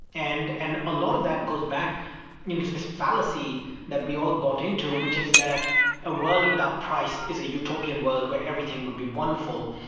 and and a lot of that goes back you know to this fallacy that we all bought into which is that a world without price is a utopian world where everything would be wonderful.